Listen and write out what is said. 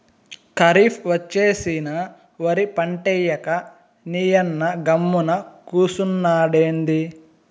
కరీఫ్ ఒచ్చేసినా ఒరి పంటేయ్యక నీయన్న గమ్మున కూసున్నాడెంది